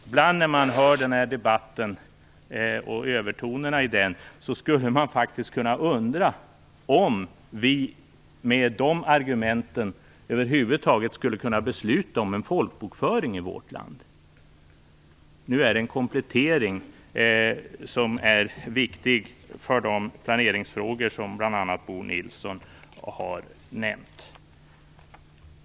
Ibland när man hör den här debatten och övertonerna i den undrar man om vi, med de argument som framförs, över huvud taget skulle kunna besluta om en folkbokföring i vårt land. Nu är det fråga om en komplettering, som är viktig för de planeringsfrågor som bl.a. Bo Nilsson har nämnt.